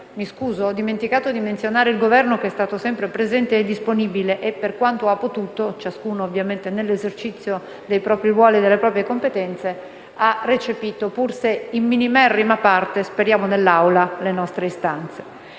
Mi scuso se ho dimenticato di menzionare il Governo che è stato sempre presente e disponibile e, per quanto ha potuto, ciascuno ovviamente nell'esercizio dei propri ruoli e competenze, ha recepito, pur se in minimerrima parte (confidiamo ora nel lavoro in